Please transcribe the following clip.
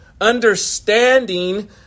Understanding